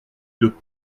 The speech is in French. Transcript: deux